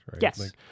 Yes